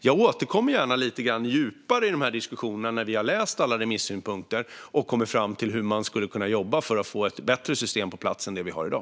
Jag återkommer gärna och har djupare diskussioner om detta när vi har läst alla remissynpunkter och kommit fram till hur man skulle kunna jobba för att få ett bättre system på plats än det vi har i dag.